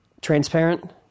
transparent